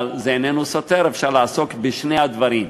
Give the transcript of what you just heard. אבל זה איננו סותר, אפשר לעסוק בשני הדברים,